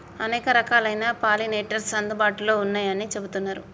అనేక రకాలైన పాలినేటర్స్ అందుబాటులో ఉన్నయ్యని చెబుతున్నరు